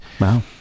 wow